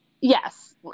Yes